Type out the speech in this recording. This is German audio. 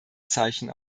zeichen